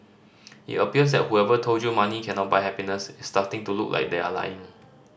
it appears that whoever told you money cannot buy happiness is starting to look like they are lying